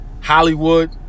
Hollywood